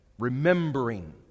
remembering